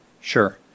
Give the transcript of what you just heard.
Sure